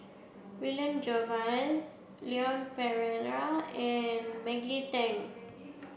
William Jervois Leon Perera and Maggie Teng